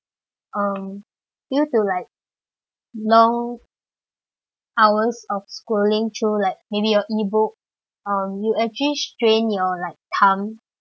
um due to like long hours of scrolling through like maybe your e-book um you actually strain your like thumb